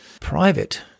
private